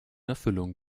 erfüllung